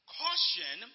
caution